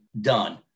done